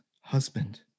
husband